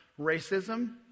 racism